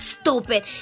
stupid